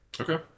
Okay